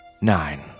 Nine